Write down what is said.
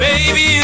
Baby